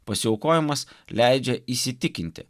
pasiaukojimas leidžia įsitikinti